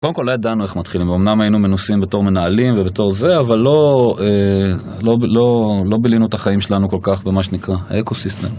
קודם כל, לא ידענו איך מתחילים, ואומנם היינו מנוסים בתור מנהלים ובתור זה, אבל לא בילינו את החיים שלנו כל כך, במה שנקרא, האקו-סיסטם.